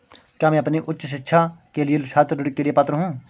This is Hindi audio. क्या मैं अपनी उच्च शिक्षा के लिए छात्र ऋण के लिए पात्र हूँ?